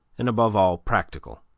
and, above all, practical.